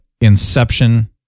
Inception